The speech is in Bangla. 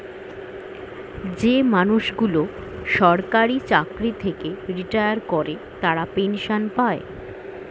যে মানুষগুলো সরকারি চাকরি থেকে রিটায়ার করে তারা পেনসন পায়